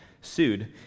sued